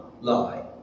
lie